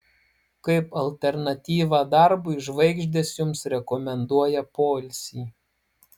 kaip alternatyvą darbui žvaigždės jums rekomenduoja poilsį